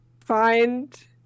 Find